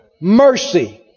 Mercy